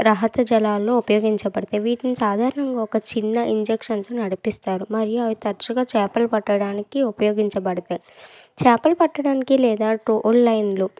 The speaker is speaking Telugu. రహత జలాల్లో ఉపయోగించబడతాయి వీటిని సాధారణంగా ఒక చిన్న ఇంజక్షన్తో నడిపిస్తారు మరియు అవి తరచుగా చేపలు పట్టడానికి ఉపయోగించబడతాయి చేపలు పట్టడానికి లేదా ట్రోల్ లైన్లు